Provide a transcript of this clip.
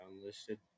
unlisted